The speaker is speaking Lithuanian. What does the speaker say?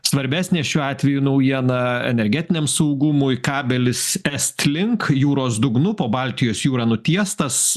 svarbesnė šiuo atveju naujiena energetiniam saugumui kabelis estlink jūros dugnu po baltijos jūra nutiestas